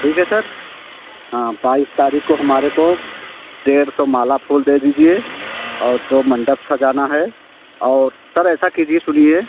ठीक है सर हाँ बाईस तारीख को हमारे को डेढ़ सौ माला फूल दे दीजिए और दो मंडप सजाना है और सर ऐसा कीजिए सुनिए